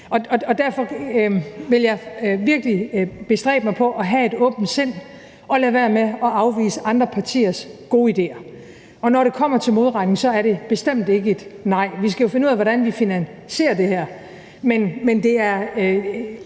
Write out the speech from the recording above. Derfor vil jeg virkelig bestræbe mig på at have et åbent sind og lade være med at afvise andre partiers gode idéer, og når det kommer til modregning, er det bestemt ikke et nej. Vi skal jo finde ud af, hvordan vi finansierer det, men det er